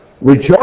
Rejoice